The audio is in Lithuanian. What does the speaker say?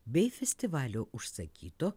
bei festivalio užsakyto